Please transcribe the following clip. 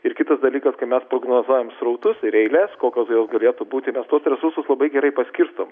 ir kitas dalykas kai mes prognozuojame srautus ir eiles kokio vėl galėtų būti visus rusus labai gerai paskirstom